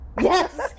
Yes